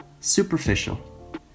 superficial